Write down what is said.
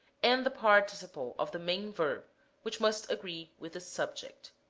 and the participle of the main verb which must agree with the subject.